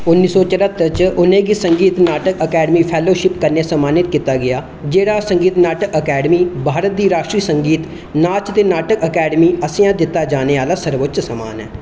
उन्नी सौ चर्हत्तर च उ'नें गी संगीत नाटक अकैडमी फैलोशिप कन्नै सम्मानित कीता गेआ जेह्ड़ा संगीत नाटक अकैडमी भारत दी राश्ट्री संगीत नाच ते नाटक अकैडमी आसेआ दित्ता जाने आह्ला सर्वोच्च सम्मान ऐ